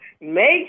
make